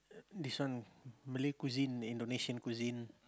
this one Malay cuisine Indonesian cuisine